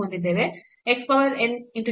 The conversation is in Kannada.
x power n g y over x ಎಂದರೇನು